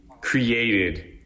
created